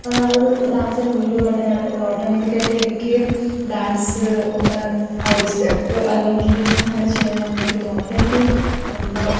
ഒരാളൊരു ഡാൻസിൻ്റെ വീഡിയോ കണ്ട് ഞാൻ എന്ത് യത് ഓട്ടോമെറ്റിക്കായിട്ട് എനിക്ക് ഡാൻസ് ഒന്ന് ആ ഒരു സ്റ്റെപ്പ് അല്ലെങ്കിൽ അങ്ങനെ ചെയ്യണോ എന്നെനിക്ക് തോന്നും അപ്പോൾ എനിക്ക് എന്തോ